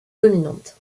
dominante